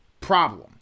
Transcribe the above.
problem